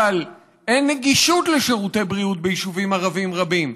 אבל אין נגישות של שירותי בריאות ביישובים ערביים רבים.